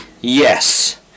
yes